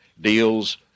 deals